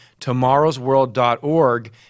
tomorrowsworld.org